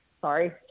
Sorry